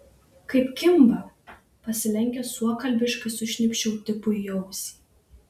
kaip kimba pasilenkęs suokalbiškai sušnypščiau tipui į ausį